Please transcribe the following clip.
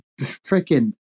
freaking